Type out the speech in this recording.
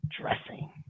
dressing